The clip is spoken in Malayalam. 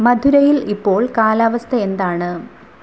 മധുരയിൽ ഇപ്പോൾ കാലാവസ്ഥ എന്താണ്